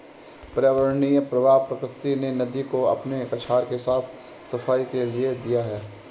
पर्यावरणीय प्रवाह प्रकृति ने नदी को अपने कछार के साफ़ सफाई के लिए दिया है